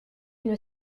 une